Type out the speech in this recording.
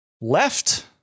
left